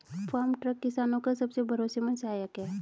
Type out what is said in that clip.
farm truck किसानो का सबसे भरोसेमंद सहायक है